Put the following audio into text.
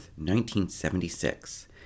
1976